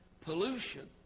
Pollution